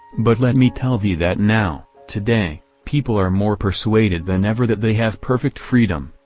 but let me tell thee that now, today, people are more persuaded than ever that they have perfect freedom,